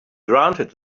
granted